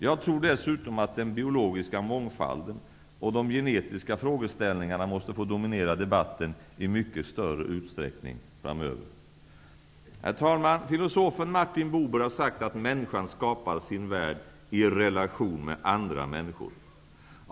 Jag tror dessutom att den biologiska mångfalden och de genetiska frågeställningarna måste få dominera debatten i mycket större utsträckning framöver. Herr talman! Filosofen Martin Buber har sagt att människan skapar sin värld i relation med andra människor.